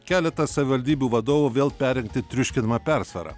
keletas savivaldybių vadovų vėl perrinkti triuškinama persvara